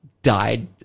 died